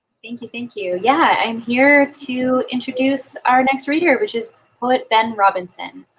thank you, thank you. yeah i'm here to introduce our next reader, which is poet ben robinson.